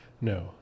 no